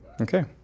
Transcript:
Okay